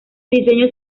diseño